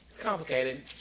Complicated